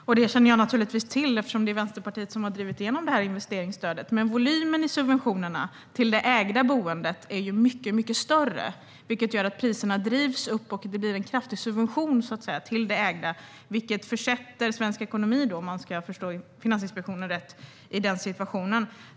Fru talman! Jag känner givetvis till detta eftersom det är Vänsterpartiet som har drivit igenom investeringsstödet. Men volymen i subventionerna till det ägda boendet är mycket större, vilket gör att priserna drivs upp. Det blir en kraftig subvention till det ägda, vilket - om jag förstår Finansinspektionen rätt - försätter svensk ekonomi i den här situationen.